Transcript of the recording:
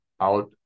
out